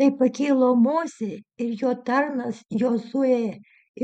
tai pakilo mozė ir jo tarnas jozuė